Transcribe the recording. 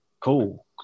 cool